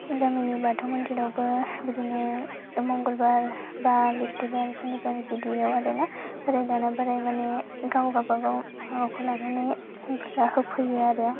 गामिनि बाथौ मन्दिरावबो बिदिनो मंगलबार बा बिस्थिबार सनिबार बिदियाव आरो ना बाराय लानानै बाराय माने गाव गाबागाव माबाखौ लानानै फुजा होफैयो आरो